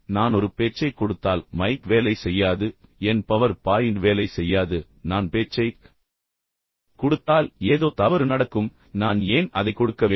நான் ஒரு பேச்சைக் கொடுத்தால் மைக் வேலை செய்யாது என் பவர் பாயிண்ட் வேலை செய்யாது நான் பேச்சைக் கொடுத்தால் ஏதோ தவறு நடக்கும் எனவே நான் ஏன் அதை கொடுக்க வேண்டும்